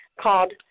called